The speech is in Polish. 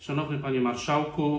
Szanowny Panie Marszałku!